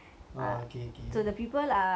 uh okay okay